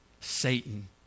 Satan